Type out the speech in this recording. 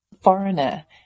foreigner